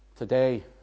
Today